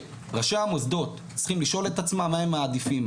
ראשי המוסדות צריכים לשאול את עצמם מה הם מעדיפים,